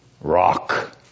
Rock